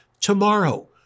tomorrow